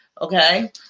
okay